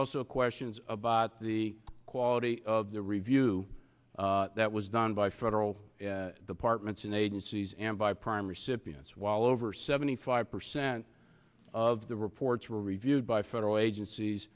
also questions about the quality of the review that was done by federal departments and agencies and by prime recipients well over seventy five percent of the reports were reviewed by federal agencies